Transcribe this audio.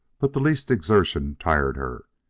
but the least exertion tired her.